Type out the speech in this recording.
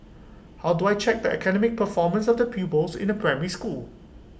how do I check the academic performance of the pupils in A primary school